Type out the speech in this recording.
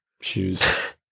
Shoes